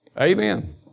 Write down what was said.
Amen